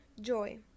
joy